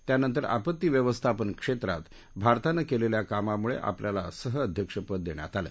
त्यानंतर आपत्ती व्यवस्थापन क्षेत्रात भारतानं केलेल्या कामांमुळे आपल्याला सहअध्यक्षपद देण्यात आलं